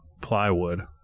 plywood